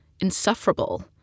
insufferable